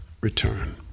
return